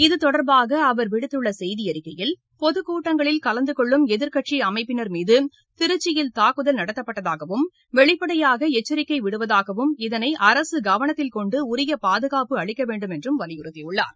இது தொடர்பாக அவர் விடுத்துள்ள செய்தி அறிக்கையில் பொதுக் கூட்டங்களில் கலந்து கொள்ளும் எதிர்க்கட்சி அமைப்பினர் மீது திருச்சியில் தாக்குதல் நடத்தப்பட்டதாகவும் வெளிப்படையாக எச்சரிக்கை விடுவதாகவும் இதனை அரசு கவனத்தில் கொண்டு உரிய பாதுகாப்பு அளிக்க வேண்டும் என்றும் அவர் வலியுறுத்தியுள்ளார்